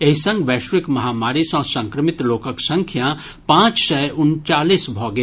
एहि संग वैश्विक महामारी सॅ संक्रमित लोकक संख्या पांच सय उनचालीस भऽ गेल